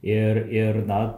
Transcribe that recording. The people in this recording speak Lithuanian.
ir ir na